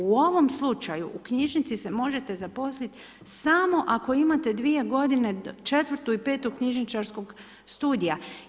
U ovom slučaju u knjižnici se možete zaposliti samo ako imate 2 godine, 4.-og i 5.-og knjižničarskog studija.